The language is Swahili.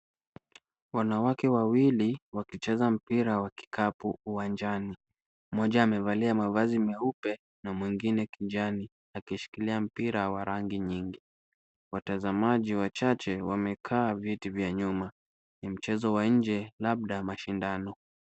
Wanawake wawili wakicheza mpira wa kikapu, uwanjani. Mmoja amevalia mavazi meupe, na mwingine kijani, akishikilia mpira wa rangi nyingi. Watazamaji wachache wamekaa viti vya nyuma, ni mchezo wa nje, labda mashindano.